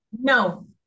No